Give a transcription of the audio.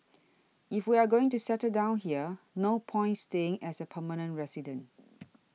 if we are going to settle down here no point staying as a permanent resident